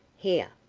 here,